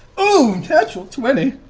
ooh, natural twenty.